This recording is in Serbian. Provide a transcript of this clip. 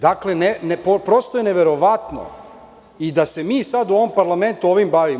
Dakle, prosto je neverovatno da se mi sada u ovom parlamentu ovim bavimo.